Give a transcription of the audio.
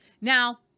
Now